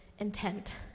intent